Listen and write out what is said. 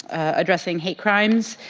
addressing his crimes.